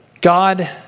God